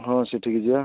ହଁ ସେଠିକି ଯିବା